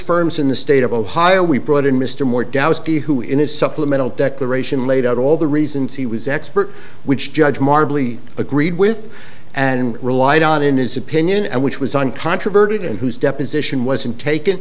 firms in the state of ohio we brought in mr moore daoist b who in his supplemental declaration laid out all the reasons he was expert which judge marble e agreed with and relied on in his opinion and which was uncontroverted and whose deposition wasn't taken